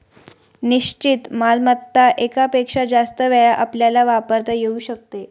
निश्चित मालमत्ता एकापेक्षा जास्त वेळा आपल्याला वापरता येऊ शकते